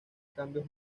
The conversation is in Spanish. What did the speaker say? cambios